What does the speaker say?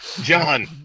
John